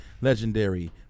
legendary